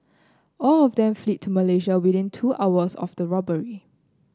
all of them fled to Malaysia within two hours of the robbery